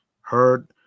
heard